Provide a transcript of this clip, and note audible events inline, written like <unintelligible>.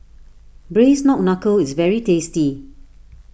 Braised <unintelligible> Knuckle is very tasty